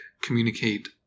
communicate